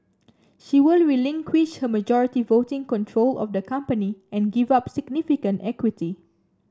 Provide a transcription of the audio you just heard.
she will relinquish her majority voting control of the company and give up significant equity